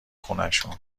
خونشون